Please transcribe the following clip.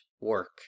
work